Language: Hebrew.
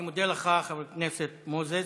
אני מודה לך, חבר הכנסת מוזס.